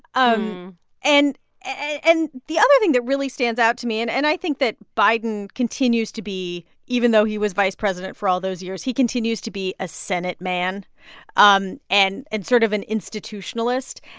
um and and the other thing that really stands out to me and and i think that biden continues to be even though he was vice president for all those years, he continues to be a senate man um and and sort of an institutionalist.